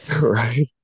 Right